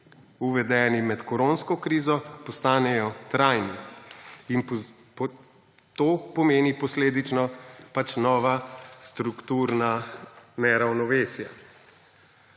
uvedeni med koronsko krizo, postanejo trajni. To pomeni posledično nova strukturna neravnovesja.